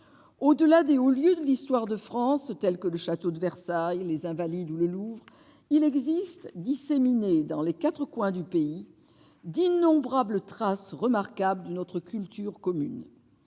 au-delà du au lieu de l'histoire de France, tels que le château de Versailles, les invalides ou le Louvre, il existe disséminés dans les 4 coins du pays, d'innombrables traces remarquables d'une autre culture commune